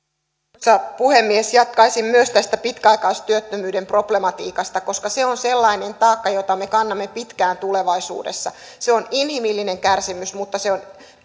arvoisa puhemies jatkaisin myös tästä pitkäaikaistyöttömyyden problematiikasta koska se on sellainen taakka jota me kannamme pitkään tulevaisuudessa se on inhimillistä kärsimystä mutta se on